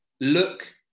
look